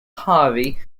harvey